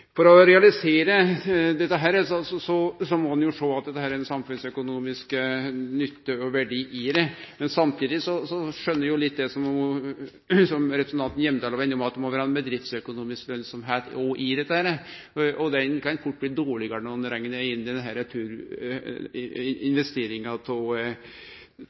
For å realisere dette må ein sjå at det er samfunnsøkonomisk nytte og verdi i det. Samtidig skjønner eg det som representanten Hjemdal var innom, at det òg må vere ei bedriftsøkonomisk lønnsemd i det, og ho kan fort bli dårlegare når ein reknar inn investeringa av turbinar, som ein skal gjere til